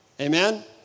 Amen